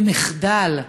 זה מחדל,